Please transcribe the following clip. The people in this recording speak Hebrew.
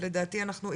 ולדעתי אנחנו,